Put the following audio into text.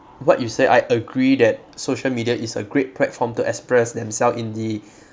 what you said I agree that social media is a great platform to express themself in the